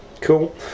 Cool